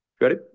ready